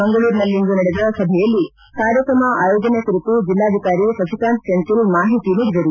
ಮಂಗಳೂರಿನಲ್ಲಿಂದು ನಡೆದ ಸಭೆಯಲ್ಲಿ ಕಾರ್ಯಕ್ರಮ ಆಯೋಜನೆ ಕುರಿತು ಜಿಲ್ಲಾಧಿಕಾರಿ ಸಸಿಕಾಂತ್ ಸೆಂಥಿಲ್ ಮಾಹಿತಿ ನೀಡಿದರು